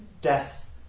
death